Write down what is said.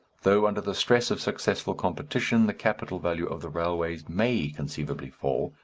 though under the stress of successful competition the capital value of the railways may conceivably fall,